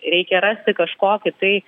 reikia rasti kažkokį tai